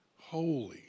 Holy